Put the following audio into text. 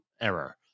error